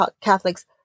Catholics